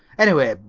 anyway,